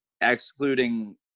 excluding